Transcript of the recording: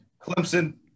Clemson